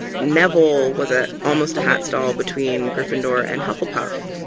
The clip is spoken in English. and neville was ah almost a hatstall between gryffindor and hufflepuff.